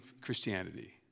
Christianity